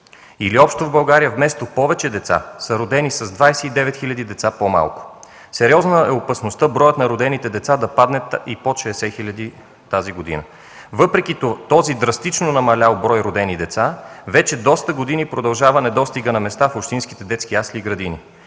Общо в България вместо повече деца, са родени с 29 000 деца по-малко. Сериозна е опасността броят на родените деца да падне и под 60 000 тази година. Въпреки този драстично намалял брой родени деца, вече доста години продължава недостигът на места в общинските детски ясли и градини,